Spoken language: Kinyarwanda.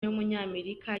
w’umunyamerika